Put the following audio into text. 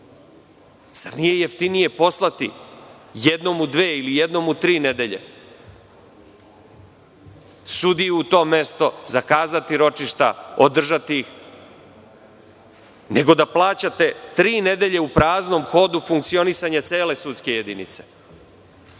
Zar nije jeftinije poslati jednom u dve ili jednom u tri nedelje sudiju u to mesto, zakazati ročišta, održati ih, nego da plaćate tri nedelje u praznom hodu funkcionisanje cele sudske jedinice.